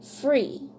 free